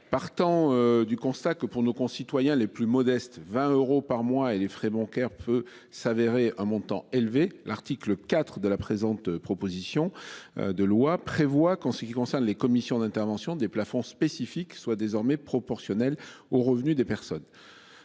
Partant du constat que pour nos concitoyens les plus modestes. 20 euros par mois et les frais bancaires peut s'avérer un montant élevé l'article IV de la présente, proposition de loi prévoit qu'en ce qui concerne les commissions d'intervention des plafonds spécifiques soient désormais proportionnel aux revenus des personnes.